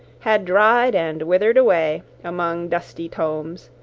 had dried and withered away, among dusty tomes,